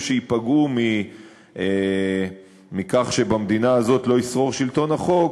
שייפגעו מכך שבמדינה הזו לא ישרור שלטון החוק,